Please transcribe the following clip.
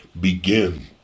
begin